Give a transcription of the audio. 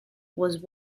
was